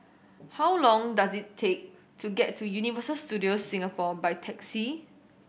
how long does it take to get to Universal Studios Singapore by taxi